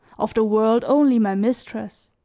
of the world only my mistress,